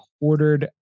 ordered